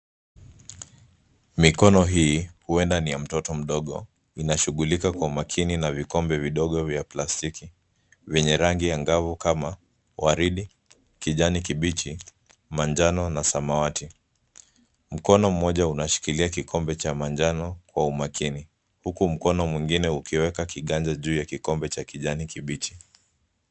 Mikono hii ueda ni ya mtoto mdogo, inashughulika kwa makini na vikombe vidogo vya plastiki vyenye rangi angavu kama waridi, kijani kibichi, manjano na samawati. Mkono mmoja unashikilia kikombe cha manjano kwa umakini uku mkono mwingine ukiweka kiganja juu ya kikombe cha kijani kibichi.